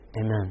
Amen